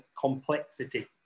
complexity